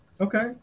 Okay